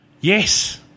Yes